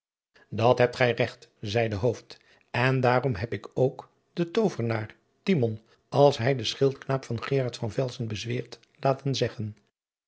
dat hebt gij regt zeide hooft en daarom heb ik ook den toovenaar timon als hij den schildknaap van geraardt van velsen bezweert laten zeggen